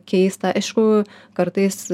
keista aišku kartais